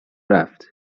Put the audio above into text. رفت